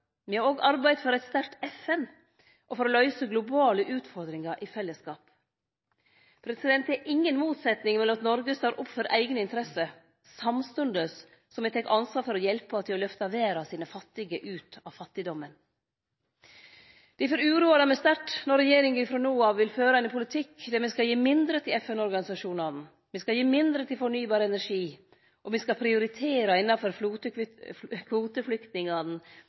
Me har òg arbeidd for eit sterkt FN og for å løyse globale utfordringar i fellesskap. Det er inga motsetning mellom at Noreg står opp for eigne interesser, samstundes som me tek ansvar for å hjelpe til med å lyfte verdas fattige ut av fattigdomen. Difor uroar det meg sterkt når regjeringa frå no av vil føre ein politikk der me skal gi mindre til FN-organisasjonane, me skal gi mindre til fornybar energi, og me skal prioritere innanfor kvoteflyktningane